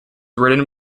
ridden